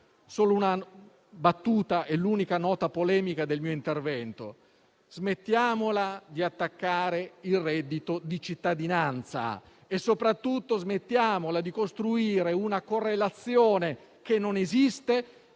sola battuta con l'unica nota polemica del mio intervento: smettiamola di attaccare il reddito di cittadinanza e, soprattutto, di costruire una correlazione che non esiste